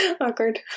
awkward